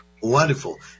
Wonderful